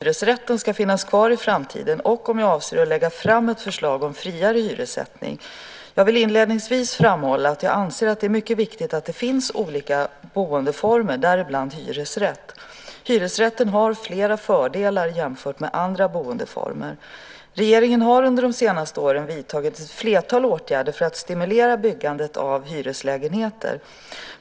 Fru talman! Marietta de Pourbaix-Lundin har frågat mig vilka åtgärder som jag avser att vidta för att hyresrätten ska finnas kvar i framtiden och om jag avser att lägga fram ett förslag om friare hyressättning. Jag vill inledningsvis framhålla att jag anser att det är mycket viktigt att det finns olika boendeformer, däribland hyresrätt. Hyresrätten har flera fördelar jämfört med andra boendeformer. Regeringen har under de senaste åren vidtagit ett flertal åtgärder för att stimulera byggandet av hyreslägenheter.